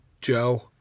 Joe